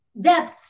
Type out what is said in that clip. depth